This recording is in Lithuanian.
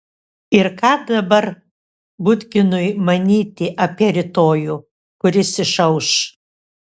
ir ką dabar budginui manyti apie rytojų kuris išauš